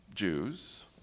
Jews